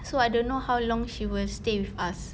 so I don't know how long she will stay with us